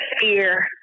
fear